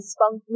Spunk